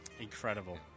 incredible